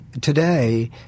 today